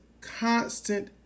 constant